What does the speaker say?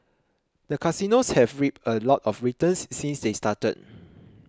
the casinos have reaped a lot of returns since they started